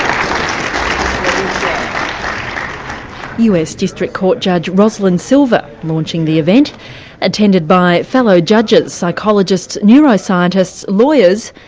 um us district court judge roslyn silver launching the event attended by fellow judges, psychologists, neuroscientists, lawyers,